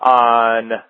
on